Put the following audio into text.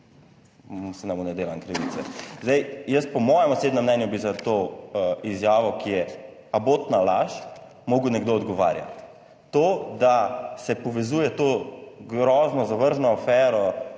Zdaj jaz po mojem osebnem mnenju bi za to izjavo, ki je abotna laž, mogel nekdo odgovarjati. To, da se povezuje to grozno zavržno afero